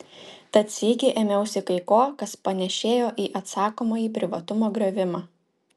tad sykį ėmiausi kai ko kas panėšėjo į atsakomąjį privatumo griovimą